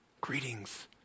Greetings